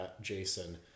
Jason